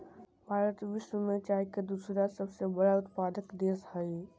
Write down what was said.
भारत विश्व में चाय के दूसरा सबसे बड़ा उत्पादक देश हइ